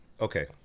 Okay